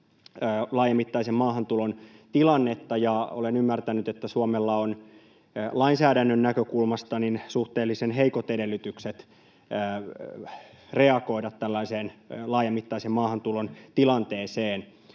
laajamittaisen maahantulon tilannetta, ja olen ymmärtänyt, että Suomella on lainsäädännön näkökulmasta suhteellisen heikot edellytykset reagoida tällaiseen laajamittaisen maahantulon tilanteeseen.